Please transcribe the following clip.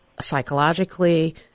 psychologically